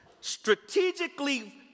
strategically